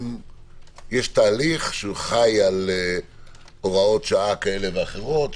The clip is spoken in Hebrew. יש תהליך שחי על הוראות שעה כאלה ואחרות,